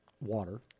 water